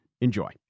Enjoy